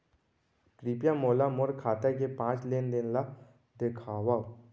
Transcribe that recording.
कृपया मोला मोर खाता के पाँच लेन देन ला देखवाव